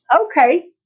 Okay